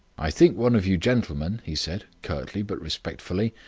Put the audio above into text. i think one of you gentlemen, he said, curtly but respectfully,